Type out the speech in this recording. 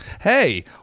Hey